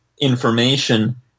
information